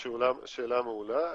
שאלה מעולה.